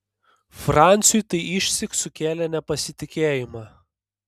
franciui tai išsyk sukėlė nepasitikėjimą